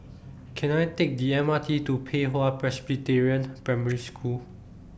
Can I Take The M R T to Pei Hwa Presbyterian Primary School